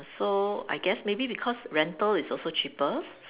so I guess maybe because rental is also cheaper